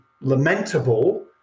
lamentable